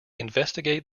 investigate